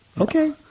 Okay